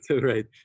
right